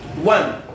One